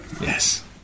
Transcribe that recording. Yes